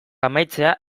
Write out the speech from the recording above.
amaitzea